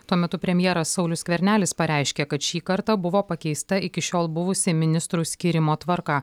tuo metu premjeras saulius skvernelis pareiškė kad šį kartą buvo pakeista iki šiol buvusi ministrų skyrimo tvarka